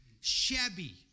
shabby